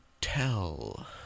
tell